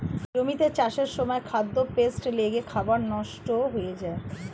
জমিতে চাষের সময় খাদ্যে পেস্ট লেগে খাবার নষ্ট হয়ে যায়